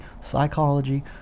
psychology